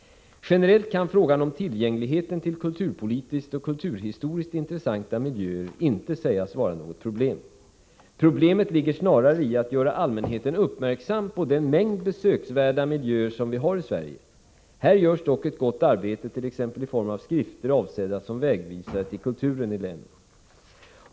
Generellt kan frågan om tillgängligheten till kulturpolitiskt och kulturhistoriskt intressanta miljöer inte sägas vara något problem. Problemet ligger snarare i att göra allmänheten uppmärksam på den mängd besöksvärda miljöer som vi har i Sverige. Här görs dock ett gott arbete, t.ex. i form av skrifter, avsedda som vägvisare till kulturen i länen.